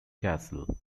castle